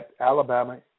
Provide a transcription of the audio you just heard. Alabama